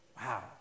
Wow